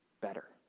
better